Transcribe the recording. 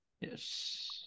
Yes